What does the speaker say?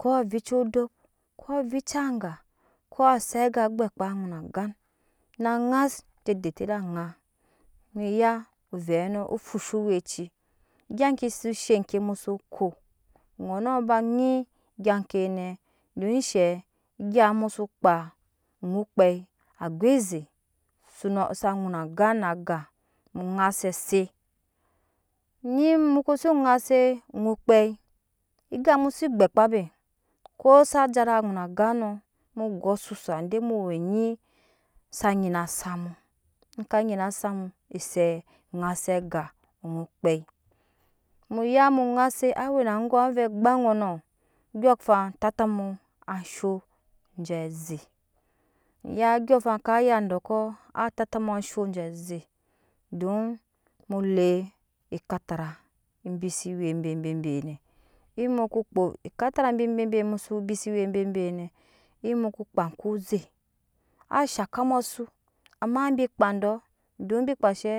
ko avica odop ko avica anga ko ase aga gbɛkpa nun agan na ze de te ede aŋa mu ya ovɛ nɔ ofusha owɛci gya ke si she ke me duk eshɛ egya mu su kpaa onyikpei go eze funa za ŋun agan na aga mu ŋase se inmu kosi naise enyi kpeo egap mu se gbɛkpa be ko sa jara ŋun agannɔ mu go asusa de mu we onyi ka nyina samu ka nyina zamun naise aga onyikpe muya mu daise awe na angom avɛ gba ŋɔnɔ andyɔɔŋfan tatta mu ashoo aje aze muya ondyɔɔŋafan ka ya dɔkɔ ka tatta mu ashen aje aze don mu le ekatara bi se we bebe bebenɛ inmu ko kpo ekatara bibi we bebenɛ inmuchko kpaa oko ze ashakkamu asu ama bi kpaa dɔɔ donbi kpashɛ